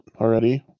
already